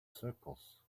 circles